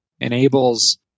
enables